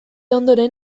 ondoren